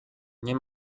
nie